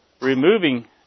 Removing